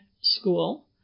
school